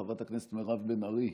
חברת הכנסת מירב בן ארי,